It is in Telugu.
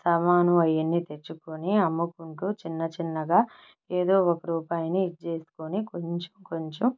సామాను అవన్నీ తెచ్చుకొని అమ్ముకుంటూ చిన్న చిన్నగా ఏదో ఒక రూపాయిని ఇది చేసుకొని కొంచెం కొంచెం